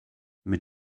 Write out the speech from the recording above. mit